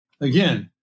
Again